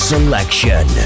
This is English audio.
Selection